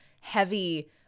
heavy